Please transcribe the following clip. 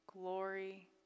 Glory